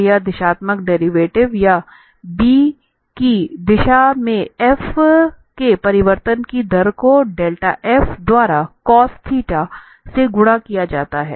तो यह दिशात्मक डेरिवेटिव या b की दिशा में f के परिवर्तन की दर को डेल्टा f द्वारा cos θ से गुणा किया जाता है